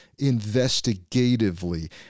investigatively